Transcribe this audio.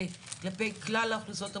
זה כלפי כלל האוכלוסיות המוחלשות,